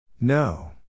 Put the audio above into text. No